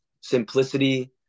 Simplicity